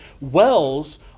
wells